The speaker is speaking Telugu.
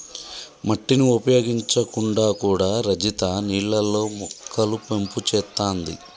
మట్టిని ఉపయోగించకుండా కూడా రజిత నీళ్లల్లో మొక్కలు పెంపు చేత్తాంది